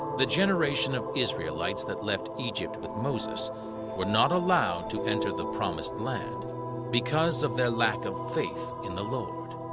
the generation of israelites that left egypt with moses were not allowed to enter the promised land because of their lack of faith in the lord.